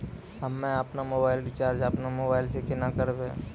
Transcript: हम्मे आपनौ mobile recharge आपनौ मोबाइल से केना करवै?